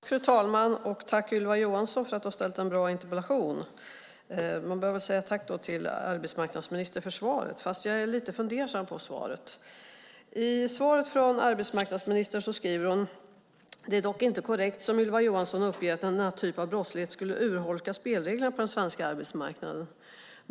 Fru talman! Jag tackar Ylva Johansson för att hon har ställt en bra interpellation. Jag får tacka arbetsmarknadsministern för svaret också även om jag är lite fundersam över svaret. I svaret skriver arbetsmarknadsministern: "Det är dock inte korrekt som Ylva Johansson uppger att denna typ av brottslighet skulle urholka spelreglerna på den svenska arbetsmarknaden."